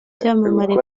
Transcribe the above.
byamamaye